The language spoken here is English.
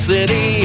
City